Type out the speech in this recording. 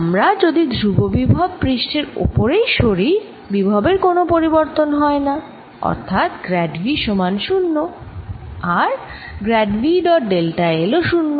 আমরা যদি ধ্রুববিভব পৃষ্ঠের ওপরেই সরি বিভবের কোন পরিবর্তন হয়না অর্থাৎ গ্র্যাড V সমান 0 আর grad V dot delta l ও 0